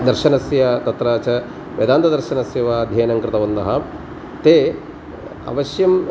दर्शनस्य तत्र च वेदान्तदर्शनस्य वा अध्ययनं कृतवन्तः ते अवश्यं